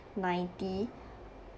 ninety